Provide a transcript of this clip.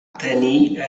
tenir